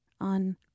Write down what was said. on